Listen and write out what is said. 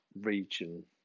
region